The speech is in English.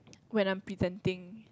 when I am presenting